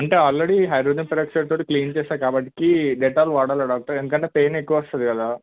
అంటే already hydrogen peroxide తో clean చేశాను కాబట్టి డెటాల్ వాడాల డాక్టర్ ఎందుకంటే పెయిన్ ఎక్కువ వస్తుంది కదా